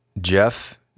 Jeff